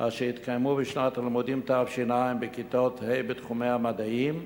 אשר התקיימו בשנת הלימודים תש"ע בכיתות ה': בתחומי המדעים,